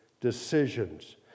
decisions